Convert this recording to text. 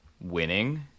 winning